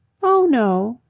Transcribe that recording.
oh, no.